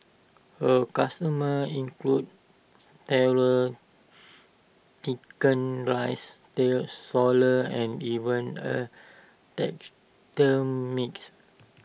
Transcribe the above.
her customers include Tailors Chicken Rice still and even A taxidermist